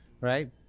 right